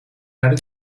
naar